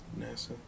NASA